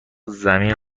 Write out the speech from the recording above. زمین